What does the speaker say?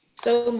so